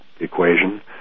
equation